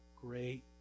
Great